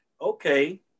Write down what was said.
okay